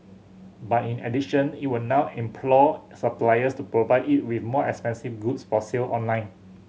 but in addition it will now implore suppliers to provide it with more expensive goods for sale online